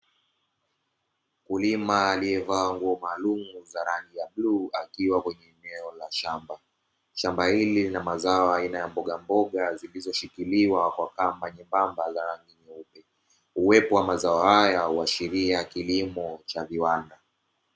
Mkulima aliye vaa nguo maalumu za rangi ya bluu akiwa kwenye eneo la shamba, Shamba hili lina mazao aina ya mbogamboga zilizo shikiliwa kwa kamba nyembamba za rangi nyeupe, Uwepo wa mazao haya huashiria kilimo cha viwanda.